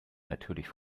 natürlich